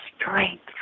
strength